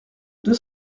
deux